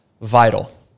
vital